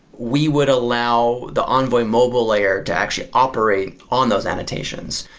we would allow the envoy mobile layer to actually operate on those annotations.